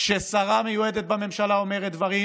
כששרה מיועדת בממשלה אומרת דברים,